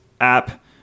app